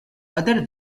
other